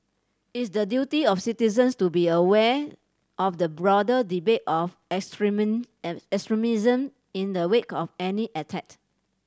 it's the duty of citizens to be aware of the broader debate of extremism in the wake of any attack